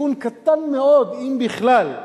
הסיכון קטן מאוד, אם בכלל.